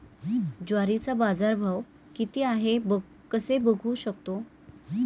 ज्वारीचा बाजारभाव किती आहे कसे बघू शकतो?